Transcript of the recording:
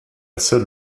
seule